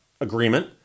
agreement